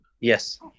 Yes